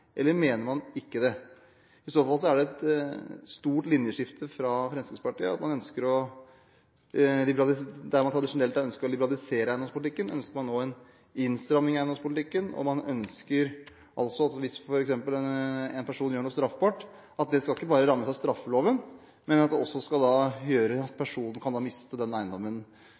eller mener man ikke det? I så fall er det et stort linjeskifte fra Fremskrittspartiet, at der man tradisjonelt har ønsket å liberalisere eiendomspolitikken, ønsker man nå en innstramming i eiendomspolitikken, og man ønsker altså f.eks. at hvis en person gjør noe straffbart, skal det ikke bare rammes av straffeloven, men at det også skal gjøre at den personen kan miste den eiendommen